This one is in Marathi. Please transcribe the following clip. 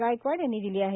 गायकवाड यांनी दिली आहे